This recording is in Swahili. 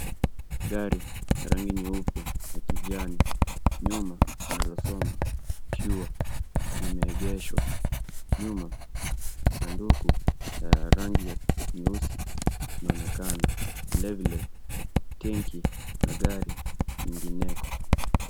Gari ya rangi nyeupe ya kijani nyuma inalosoma cure limeegeshwa nyuma sanduku la rangi ya nyeusi inaonekana vile vile tenki na gari nyingineko